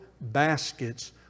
baskets